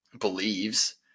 believes